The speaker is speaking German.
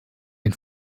den